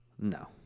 no